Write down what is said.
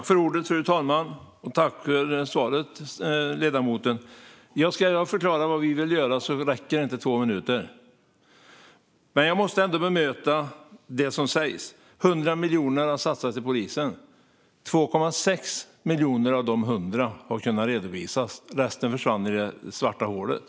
Fru talman! Jag tackar ledamoten för svaret. Om jag ska förklara vad vi vill göra räcker inte två minuter, men jag måste ändå bemöta det som sägs. Det har satsats 100 miljoner på polisen. Av dessa har 2,6 miljoner kunnat redovisas; resten försvann i det svarta hålet.